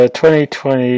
2020